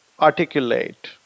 articulate